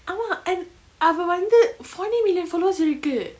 ஆமா:aama and அவ வந்து:ava vanthu forty million followers இருக்கு:iruku